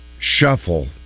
shuffle